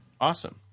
Awesome